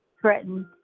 threatened